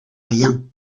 rien